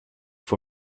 for